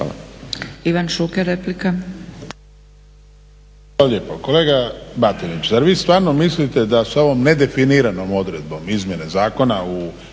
Hvala.